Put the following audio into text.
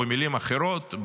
או במילים אחרות,